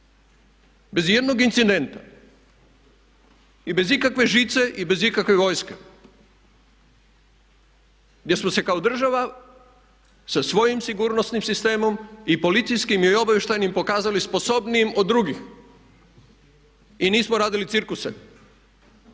bez ijednog incidenta? I bez ikakve žice i bez ikakve vojske gdje smo se kao država sa svojim sigurnosnim sistemom i policijskim i obavještajnim pokazali sposobnijim od drugih i nismo radili cirkuse